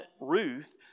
Ruth